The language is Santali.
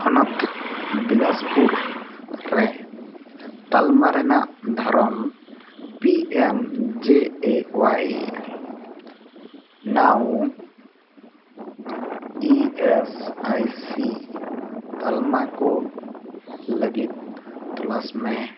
ᱦᱚᱱᱚᱛ ᱵᱤᱞᱟᱥᱯᱩᱨ ᱨᱮ ᱛᱟᱞᱢᱟ ᱨᱮᱱᱟᱜ ᱫᱷᱚᱨᱚᱱ P M J A Y ᱱᱟᱣ ᱤ ᱮᱥ ᱟᱭ ᱥᱤ ᱛᱟᱞᱢᱟᱠᱚ ᱞᱟᱹᱜᱤᱫ ᱛᱚᱞᱟᱥ ᱢᱮ